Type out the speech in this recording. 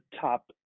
top